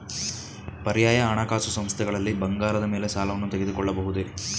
ಪರ್ಯಾಯ ಹಣಕಾಸು ಸಂಸ್ಥೆಗಳಲ್ಲಿ ಬಂಗಾರದ ಮೇಲೆ ಸಾಲವನ್ನು ತೆಗೆದುಕೊಳ್ಳಬಹುದೇ?